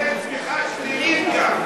ויש צמיחה שלילית גם,